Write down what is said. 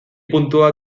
puntua